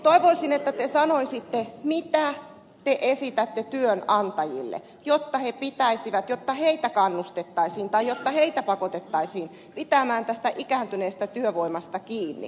toivoisin että te sanoisitte mitä te esitätte työnantajille jotta heitä kannustettaisiin tai jotta heitä pakotettaisiin pitämään tästä ikääntyneestä työvoimasta kiinni